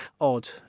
odd